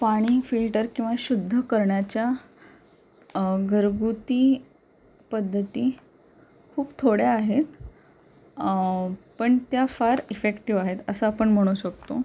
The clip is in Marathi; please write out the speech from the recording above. पाणी फिल्टर किंवा शुद्ध करण्याच्या घरगुती पद्धती खूप थोड्या आहेत पण त्या फार इफेक्टिव्ह आहेत असं आपण म्हणू शकतो